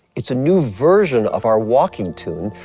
it's a new version of our walking tune,